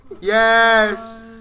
Yes